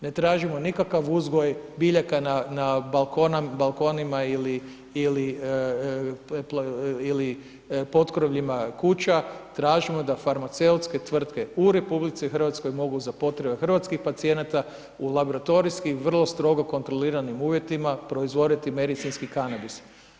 Ne tražimo nikakav uzgoj biljaka na balkonima ili potkrovljima kuća, tražimo da farmaceutske tvrtke u Republici Hrvatskoj mogu za potrebe hrvatskih pacijenata u laboratorijski vrlo strogo kontroliranim uvjetima proizvoditi medicinski kanabis.